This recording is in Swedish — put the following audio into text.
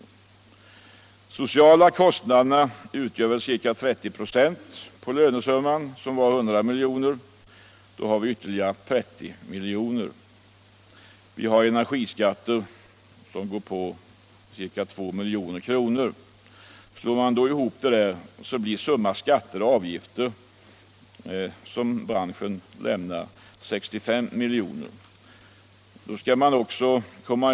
De sociala kostnaderna utgör ca 30 96 av lönesumman, som var 100 milj.kr.; då har vi ytterligare 30 milj.kr. Vidare har vi energiskatter som går på ca 2 milj.kr. Summa skatter och avgifter som branschen lämnar blir 65 milj.kr.